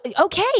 Okay